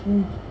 mm